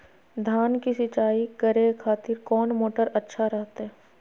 धान की सिंचाई करे खातिर कौन मोटर अच्छा रहतय?